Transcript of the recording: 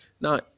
Now